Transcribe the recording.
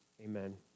amen